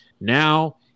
Now